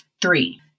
three